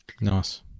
Nice